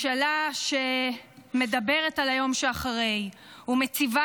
ממשלה שמדברת על היום שאחרי ומציבה